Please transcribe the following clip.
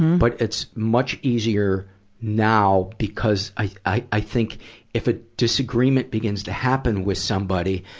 but it's much easier now, because i, i, i think if a disagreement begins to happen with somebody,